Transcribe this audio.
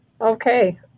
Okay